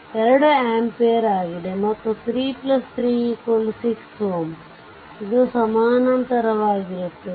ಇದು 2 ಆಂಪಿಯರ್ ಆಗಿದೆ ಮತ್ತು 3 3 6Ω ಇದು ಸಮಾನಾಂತರವಾಗಿರುತ್ತದೆ